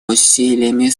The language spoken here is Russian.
усилиями